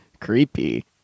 Creepy